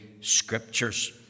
Scriptures